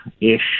ish